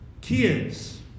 kids